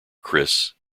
chris